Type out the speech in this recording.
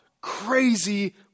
crazy